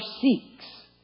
seeks